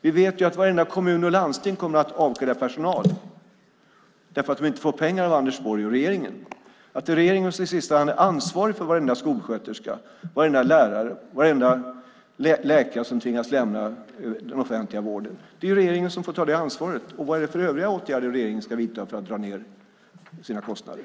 Vi vet att varenda kommun och vartenda landsting kommer att avskeda personal därför att de inte får pengar av Anders Borg och regeringen. Regeringen är i sista hand ansvarig för varenda skolsköterska, varenda lärare och varenda läkare som tvingas lämna den offentliga vården. Det är regeringen som får ta det ansvaret. Vad är det för övriga åtgärder regeringen ska vidta för att dra ned sina kostnader?